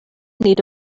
need